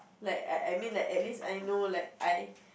like I I I mean like at least I know like I